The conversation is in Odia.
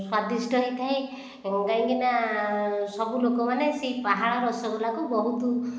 ସ୍ଵାଦିଷ୍ଟ ହୋଇଥାଏ କାହିଁକିନା ସବୁ ଲୋକ ମାନେ ସେହି ପାହାଳ ରସଗୋଲା କୁ ବହୁତ